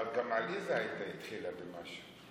אבל גם עליזה התחילה במשהו.